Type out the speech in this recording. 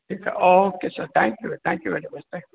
ठीकु आहे okay sir thank you thank you very much thank you